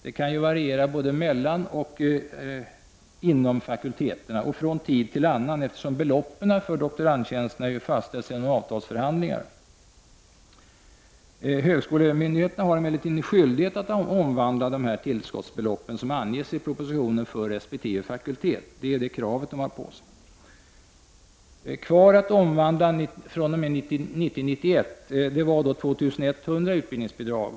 Det kan ju variera både mellan och inom fakulteterna och dessutom från tid till annan, eftersom beloppen för dokorandtjänsterna fastställs genom avtalsförhandlingar. Högskolemyndigheterna är emellertid skyldiga att omvandla tillskottbeloppen, som anges i propositionen, för resp. fakultet. Kvar att omvandla fr.o.m. 1990/91 är 2 100 utbildningsbidrag.